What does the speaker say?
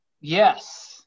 yes